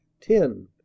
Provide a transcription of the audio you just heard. Ten